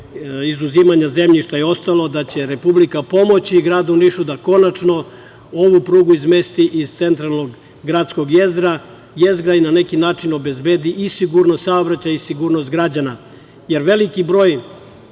izuzimanja zemljišta i ostalo, Republika pomoći gradu Nišu da konačno ovu prugu izmesti iz centralnog gradskog jezgra i na neki način obezbedi i sigurnost saobraćaja i sigurnost građana, jer veliki broj